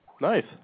Nice